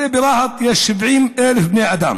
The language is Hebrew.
הרי ברהט יש 70,000 בני אדם.